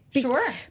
Sure